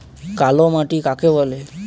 কালো মাটি কাকে বলে?